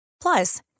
Plus